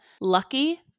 lucky